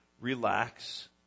relax